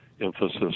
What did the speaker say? emphasis